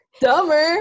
Dumber